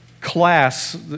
class